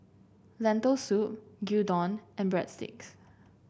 Lentil Soup Gyudon and Breadsticks